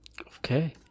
Okay